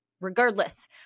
regardless